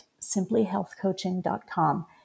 simplyhealthcoaching.com